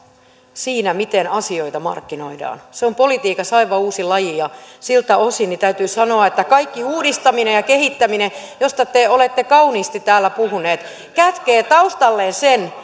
siinä miten asioita markkinoidaan se on politiikassa aivan uusi laji ja siltä osin täytyy sanoa että kaikki uudistaminen ja kehittäminen joista te te olette kauniisti täällä puhuneet kätkee taustalleen sen